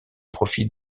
profit